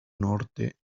norte